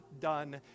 done